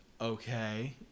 okay